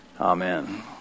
amen